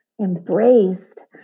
embraced